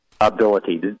ability